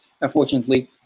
unfortunately